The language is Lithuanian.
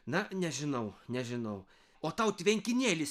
na nežinau nežinau o tau tvenkinėlis